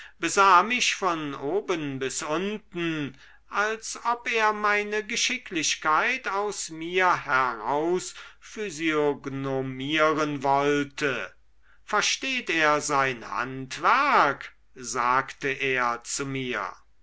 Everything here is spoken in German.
besah mich von oben bis unten als ob er meine geschicklichkeit aus mir herausphysiognomieren wollte versteht er sein handwerk sagte er zu mir